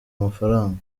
amafaranga